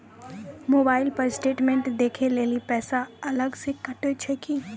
Mobile पर statement देखे लेली पैसा अलग से कतो छै की?